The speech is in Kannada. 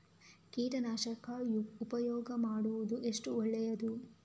ಕೀಟನಾಶಕ ಉಪಯೋಗ ಮಾಡುವುದು ಎಷ್ಟು ಒಳ್ಳೆಯದು?